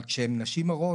אבל כשהן נשים הרות,